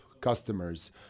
customers